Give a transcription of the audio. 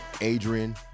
Adrian